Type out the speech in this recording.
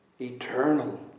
Eternal